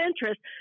interest